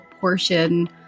portion